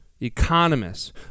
economists